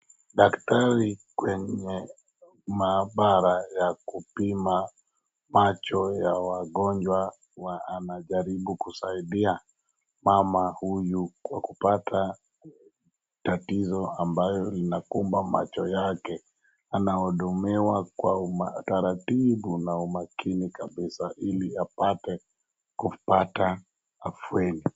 Daktari kwenye maabara ya kupima macho ya wagonjwa anajaribu kusaidia mama huyu kupata tatizo ambayo inakumba macho yake. Anahudumiwa kwa utaratibu na umakini kabisa ili aweze kupata afueni.